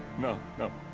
no, no.